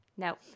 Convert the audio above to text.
No